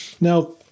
Now